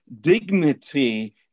dignity